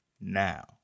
Now